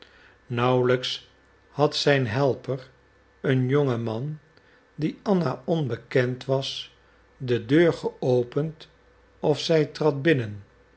nauwelijks had zijn helper een jonge man die anna onbekend was de deur geopend of zij trad binnen